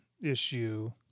issue